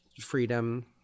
freedom